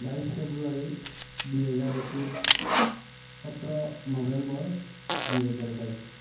বাইছ ফেব্ৰুৱাৰী দুই হেজাৰ একৈছ সোতৰ নৱেম্বৰ দুই হেজাৰ বাইছ